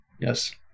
Yes